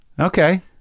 Okay